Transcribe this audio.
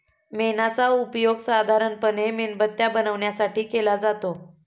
मेणाचा उपयोग साधारणपणे मेणबत्त्या बनवण्यासाठी केला जातो